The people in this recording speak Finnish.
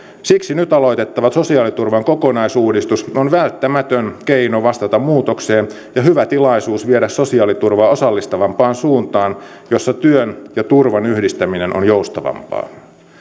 siksi nyt aloitettava sosiaaliturvan kokonaisuudistus on välttämätön keino vastata muutokseen ja hyvä tilaisuus viedä sosiaaliturvaa osallistavampaan suuntaan jossa työn ja turvan yhdistäminen on joustavampaa